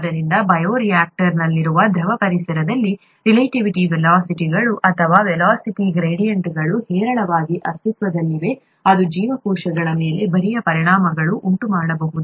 ಆದ್ದರಿಂದ ಬಯೋರಿಯಾಕ್ಟರ್ನಲ್ಲಿರುವಂತೆ ದ್ರವ ಪರಿಸರದಲ್ಲಿ ರಿಲೇಟಿವ್ ವೆಲೋಸಿಟಿಗಳು ಅಥವಾ ವೆಲೋಸಿಟಿ ಗ್ರೆಡಿಯಂಟ್ಗಳು ಹೇರಳವಾಗಿ ಅಸ್ತಿತ್ವದಲ್ಲಿವೆ ಇದು ಜೀವಕೋಶಗಳ ಮೇಲೆ ಬರಿಯ ಪರಿಣಾಮಗಳನ್ನು ಉಂಟುಮಾಡಬಹುದು